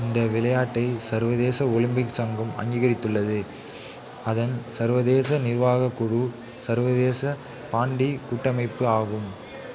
இந்த விளையாட்டை சர்வதேச ஒலிம்பிக் சங்கம் அங்கீகரித்துள்ளது அதன் சர்வதேச நிர்வாகக் குழு சர்வதேச பாண்டி கூட்டமைப்பு ஆகும்